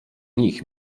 nich